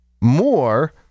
more